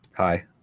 Hi